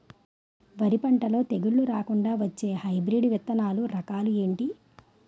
వరి పంటలో తెగుళ్లు రాకుండ వచ్చే హైబ్రిడ్ విత్తనాలు రకాలు ఏంటి?